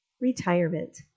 Retirement